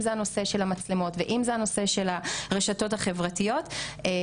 אני חושבת שנכון,